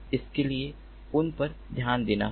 इसके लिए उस पर ध्यान देना होगा